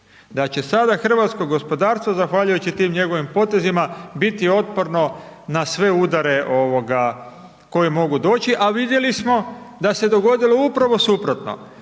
Da će sada hrvatsko gospodarstvo zahvaljujući tim njegovim potezima biti otporno na sve udare koji mogu doći a vidjeli smo da se dogodilo upravo suprotno,